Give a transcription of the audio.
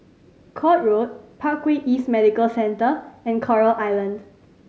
Court Road Parkway East Medical Centre and Coral Island